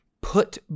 put